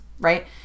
right